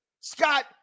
Scott